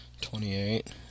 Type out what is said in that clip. twenty-eight